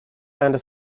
and